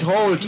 Hold